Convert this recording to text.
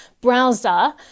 browser